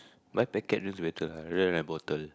but packet is better I read my bottle